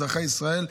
אזרחי ישראל,